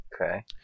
Okay